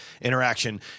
interaction